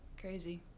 crazy